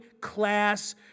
class